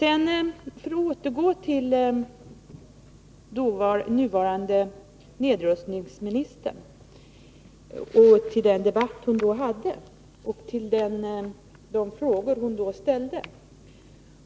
Jag återgår till nuvarande nedrustningsministern och till den debatt som vi då hade och de frågor hon ställde.